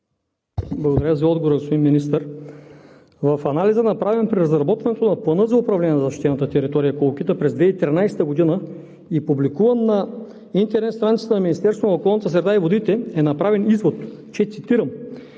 Благодаря за отговора, господин Министър. В анализа, направен при разработването на Плана за управление на защитената територия „Колокита“ през 2013 г. и публикуван на интернет страницата на Министерството на околната среда и водите, е направен извод, цитирам,